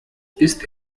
ist